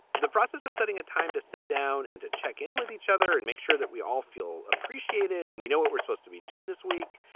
the process of setting a time to sit down and to check in with each other and make sure that we all feel appreciated and we know what we're supposed to be doing this week.